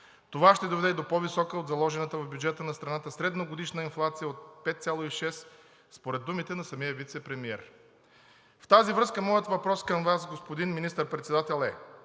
Това ще доведе и до по-висока от заложената в бюджета на страната средногодишна инфлация от 5,6%, според думите на самия вицепремиер. В тази връзка моят въпрос към Вас, господин Министър председател, е: